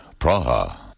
Praha